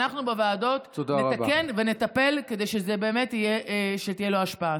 ואנחנו בוועדות נתקן ונטפל כדי שבאמת תהיה לו השפעה.